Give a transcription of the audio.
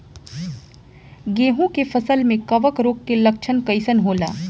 गेहूं के फसल में कवक रोग के लक्षण कइसन होला?